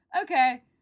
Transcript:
okay